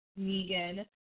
Negan